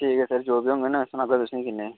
ठीक ऐ सर जो बी औङन न सनाह्गा तुसेंगी किन्ने न